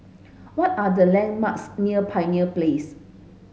what are the landmarks near Pioneer Place